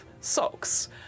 socks